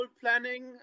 planning